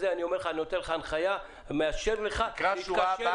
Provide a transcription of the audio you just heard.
אני נותן לך הנחיה ומאשר לך להתקשר אליי.